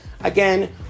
Again